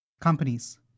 companies